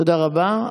תודה רבה.